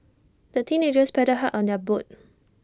the teenagers paddled hard on their boat